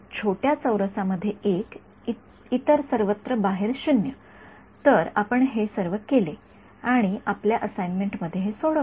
छोट्या चौरसामध्ये एक इतर सर्वत्र बाहेर 0 तर आपण हे सर्व केले आणि आपल्या असाइनमेंटमध्ये हे सोडवले